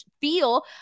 feel